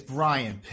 Brian